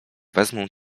wezmą